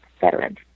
veterans